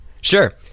Sure